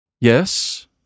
Yes